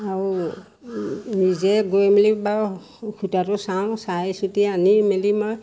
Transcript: আৰু নিজে গৈ মেলি বাৰু সূতাটো চাওঁ চাই চিতি আনি মেলি মই